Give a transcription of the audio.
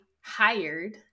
hired